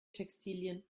textilien